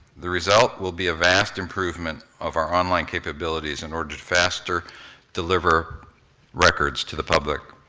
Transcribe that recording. the result will be a vast improvement of our online capabilities, in order to faster deliver records to the public.